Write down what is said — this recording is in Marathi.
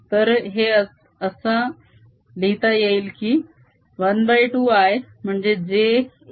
तर हे असा लिहिता येईल की ½ I म्हणजे j A